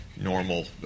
normal